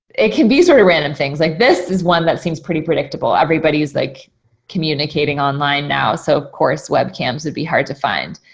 it can be sort of random things. like this is one that seems pretty predictable. everybody's like communicating online now. so of course webcams would be hard to find.